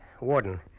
Warden